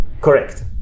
Correct